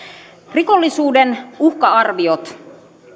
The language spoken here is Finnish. rikollisuuden uhka arviot